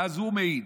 ואז הוא מעיד,